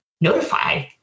notify